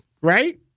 right